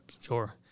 sure